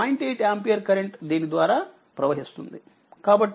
eight ampere current దీని ద్వారా ప్రవహిస్తుంది కాబట్టి 400